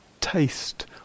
taste